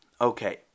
Okay